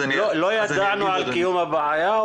לא ידענו על קיום הבעיה,